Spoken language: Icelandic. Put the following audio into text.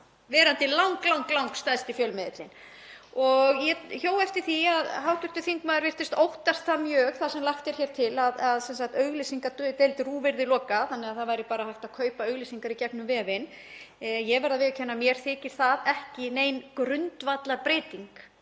verandi langstærsti fjölmiðillinn? Ég hjó eftir því að hv. þingmaður virtist óttast mjög það sem lagt er hér til, að auglýsingadeild RÚV yrði lokað þannig að það væri bara hægt að kaupa auglýsingar í gegnum vefinn. Ég verð að viðurkenna að mér þykir það ekki nein grundvallarbreyting